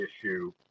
issue